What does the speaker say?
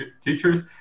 teachers